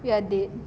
we are dead